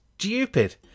stupid